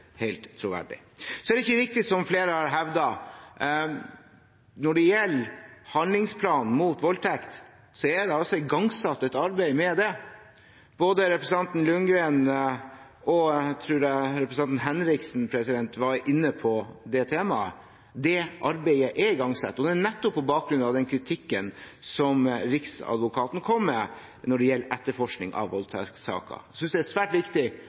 helt troverdig. Det er ikke riktig, det som flere har hevdet når det gjelder handlingsplanen mot voldtekt. Det er igangsatt et arbeid med det. Representanten Ljunggren – og jeg tror også representanten Henriksen – var inne på det temaet. Det arbeidet er igangsatt, og det er nettopp på bakgrunn av den kritikken som Riksadvokaten kom med når det gjelder etterforskning av voldtektssaker. Jeg synes det er svært viktig